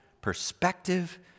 perspective